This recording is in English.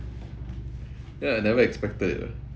ya I never expected it